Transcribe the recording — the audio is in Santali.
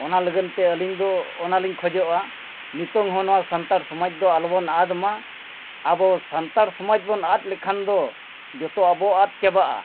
ᱚᱱᱟ ᱞᱟᱹᱜᱤᱫ ᱛᱮ ᱟᱹᱞᱤᱧ ᱫᱚ ᱚᱱᱟᱞᱤᱧ ᱠᱷᱚᱡᱚᱜᱼᱟ ᱱᱤᱛᱚᱝ ᱦᱚᱸ ᱱᱚᱣᱟ ᱥᱟᱱᱛᱟᱲ ᱥᱚᱢᱟᱡᱽ ᱫᱚ ᱟᱞᱚᱵᱚᱱ ᱟᱫ ᱢᱟ ᱟᱵᱚ ᱥᱟᱱᱛᱟᱲ ᱥᱚᱢᱟᱡᱽ ᱵᱚᱱ ᱟᱫ ᱞᱮᱠᱷᱟᱱ ᱫᱚ ᱡᱚᱛᱚ ᱟᱜ ᱵᱚᱱ ᱟᱫ ᱪᱟᱵᱟᱜᱼᱟ